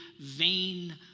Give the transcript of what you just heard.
vain